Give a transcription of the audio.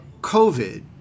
COVID